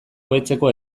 hobetzeko